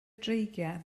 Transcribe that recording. dreigiau